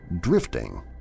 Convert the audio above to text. drifting